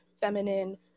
feminine